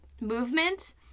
movement